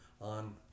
on